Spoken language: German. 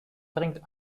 bringt